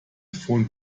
von